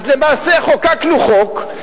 אז למעשה חוקקנו חוק,